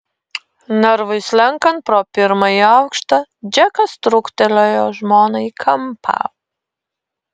narvui slenkant pro pirmąjį aukštą džekas trūktelėjo žmoną į kampą